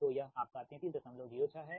तो यह आपका 3306 है